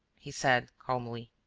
he said, calmly.